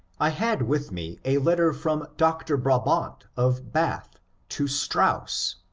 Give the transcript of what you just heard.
i had with me a letter from dr. brabant of bath to strauss,